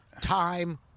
Time